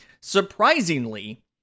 surprisingly